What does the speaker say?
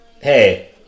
hey